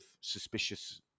suspicious